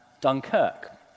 Dunkirk